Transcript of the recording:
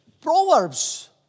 Proverbs